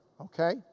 okay